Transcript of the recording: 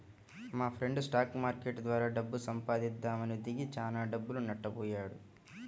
మాఫ్రెండు stock market ద్వారా డబ్బు సంపాదిద్దామని దిగి చానా డబ్బులు నట్టబొయ్యాడు